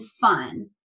fun